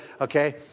okay